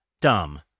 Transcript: Dumb